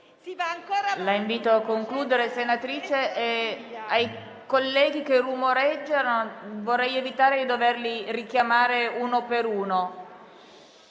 La invito a concludere, senatrice Nugnes. Ai colleghi che rumoreggiano vorrei evitare di doverli richiamare uno per uno.